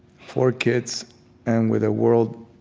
four kids and with a world